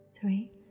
three